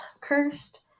Cursed